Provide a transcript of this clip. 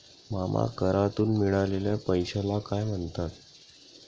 मामा करातून मिळालेल्या पैशाला काय म्हणतात?